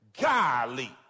golly